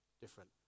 different